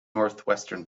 northwestern